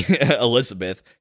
Elizabeth